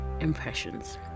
impressions